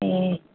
ए